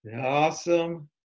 awesome